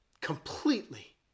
completely